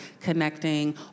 connecting